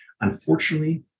unfortunately